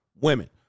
women